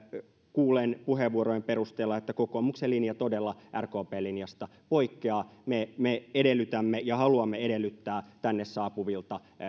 kuulen puheenvuorojen perusteella että kokoomuksen linja todella rkpn linjasta poikkeaa me me edellytämme ja haluamme edellyttää tänne saapuvilta